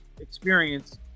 experience